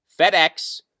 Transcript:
FedEx